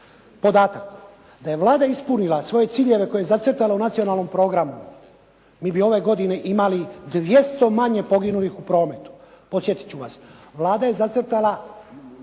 podatak, da je Vlada ispunila svoje ciljeve koje je zacrtala u nacionalnom programu mi bi ove godine imali 200 manje poginulih u prometu. Podsjetiti ću vas, Vlada je zacrtala